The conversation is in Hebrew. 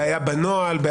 הבעיה בנוהל?